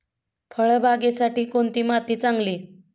फळबागेसाठी कोणती माती चांगली?